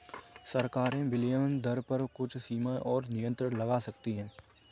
सरकारें विनिमय दर पर कुछ सीमाएँ और नियंत्रण लगा सकती हैं